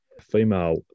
female